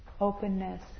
openness